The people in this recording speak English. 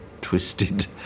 twisted